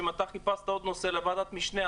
אם חיפשת עוד נושא לוועדת המשנה,